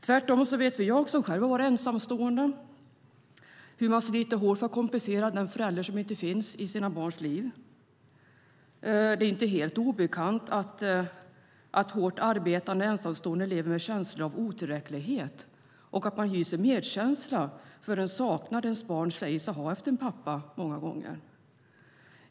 Tvärtom vet jag, som själv har varit ensamstående, hur man sliter hårt för att kompensera den förälder som inte finns i barnens liv. Det är inte helt obekant att hårt arbetande ensamstående lever med känslor av otillräcklighet och att de hyser medkänsla för den saknad deras barn många gånger har efter en pappa.